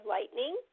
Lightning